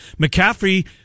McCaffrey